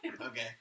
Okay